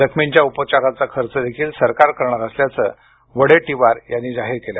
जखमींच्या उपचाराचा खर्च देखील सरकार करणार असल्याचे वडेट्टीवार यांनी जाहीर केले